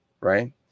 right